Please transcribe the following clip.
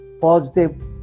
positive